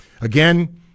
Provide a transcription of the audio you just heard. Again